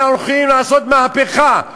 אנחנו הולכים לעשות מהפכה.